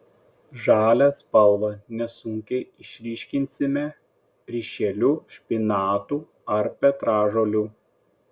žalią spalvą nesunkiai išryškinsime ryšeliu špinatų ar petražolių